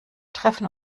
treffen